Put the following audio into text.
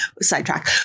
sidetrack